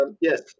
Yes